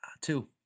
two